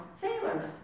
sailors